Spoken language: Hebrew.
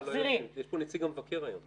יש פה נציג המבקר היום.